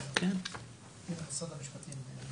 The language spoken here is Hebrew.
נעבר למשרד המשפטים.